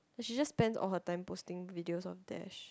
and she just spends all her time posting videos of Dash